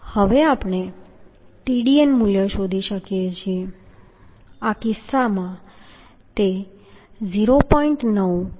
હવે આપણે Tdn મૂલ્ય શોધી શકીએ છીએ આ કિસ્સામાં 0